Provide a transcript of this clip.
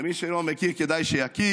ומי שאינו מכיר, כדאי שיכיר: